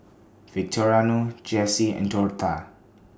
Victoriano Jessi and Dortha